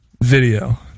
video